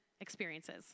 experiences